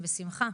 בשמחה.